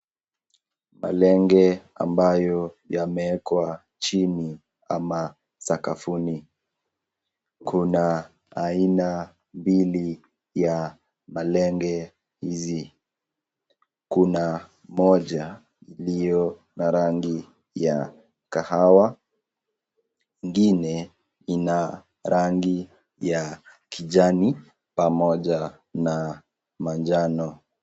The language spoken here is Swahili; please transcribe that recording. Malenge ambayo yamewekwa chini ama sakafuni. Kuna aina mbili ya malenge hizi. Kuna moja iliyo na rangi ya kahawa, ingine ina rangi ya kijani pamoja na manjano.